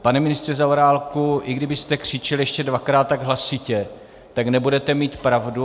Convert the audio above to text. Pane ministře Zaorálku, i kdybyste křičel ještě dvakrát tak hlasitě, tak nebudete mít pravdu.